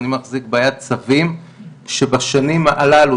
אני מחזיק ביד צווים שבשנים הללו,